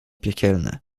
piekielne